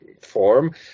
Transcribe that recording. form